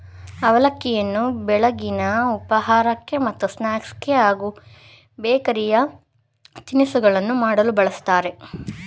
ಅವಲಕ್ಕಿಯನ್ನು ಬೆಳಗಿನ ಉಪಹಾರಕ್ಕೆ ಮತ್ತು ಸ್ನಾಕ್ಸ್ ಹಾಗೂ ಬೇಕರಿ ತಿನಿಸುಗಳನ್ನು ಮಾಡಲು ಬಳ್ಸತ್ತರೆ